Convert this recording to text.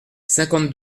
cinquante